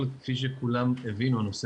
כפי שכולם הבינו הנושא